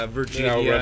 virginia